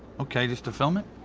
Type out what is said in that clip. okay, just to film it?